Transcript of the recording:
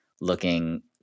looking